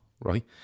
right